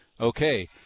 Okay